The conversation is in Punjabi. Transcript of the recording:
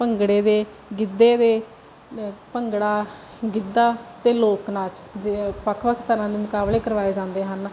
ਭੰਗੜੇ ਦੇ ਗਿੱਧੇ ਦੇ ਭੰਗੜਾ ਗਿੱਧਾ ਅਤੇ ਲੋਕ ਨਾਚ ਜ ਵੱਖ ਵੱਖ ਤਰ੍ਹਾਂ ਦੇ ਮੁਕਾਬਲੇ ਕਰਵਾਏ ਜਾਂਦੇ ਹਨ